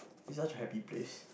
is such a happy place